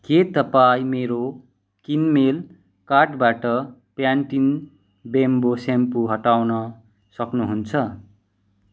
के तपाईँ मेरो किनमेल कार्टबाट प्यानटिन बेम्बो सेम्पु हटाउन सक्नुहुन्छ